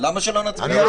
למה שלא נצביע?